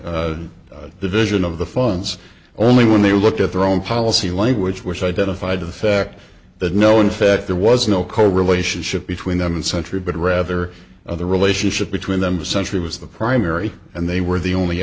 a division of the funds only when they looked at their own policy language which identified the fact that no in fact there was no co relationship between them and century but rather of the relationship between them the century was the primary and they were the only